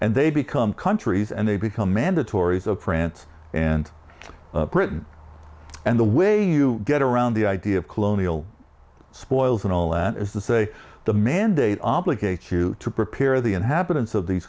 and they become countries and they become mandatories of france and britain and the way you get around the idea of colonial spoils and all that is the say the mandate obligates you to prepare the inhabitants of these